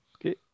Okay